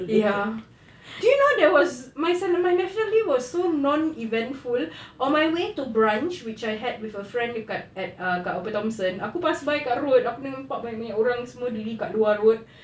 ya do you know there was my national day was so non eventful on my way to brunch which I had with a friend dekat at kat upper thomson aku pass by dekat road aku nampak banyak-banyak orang semua diri dekat luar road